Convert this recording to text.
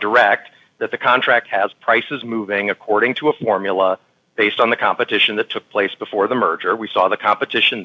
direct that the contract has prices moving according to a formula based on the competition that took place before the merger we saw the competition